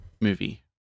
movie